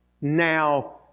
now